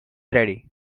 ready